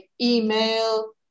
email